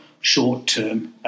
short-term